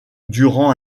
durant